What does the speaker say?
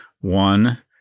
one